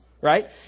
Right